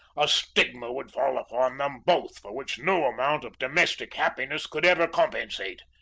a stigma would fall upon them both for which no amount of domestic happiness could ever compensate.